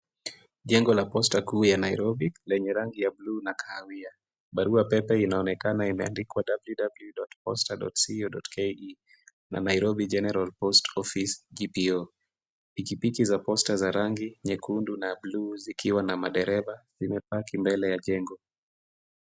Jengo la posta kuu ya Nairobi lenye rangi ya bluu na kahawia. Barua pepe inaonekana imeandikwa www.posta.co.ke na Nairobi General Post Office GPO. Pikipiki za posta za rangi nyekundu na bluu zikiwa na madereva vimepaki mbele ya jengo.